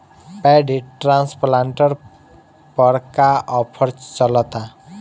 Paddy transplanter पर का offer चलता?